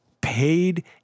paid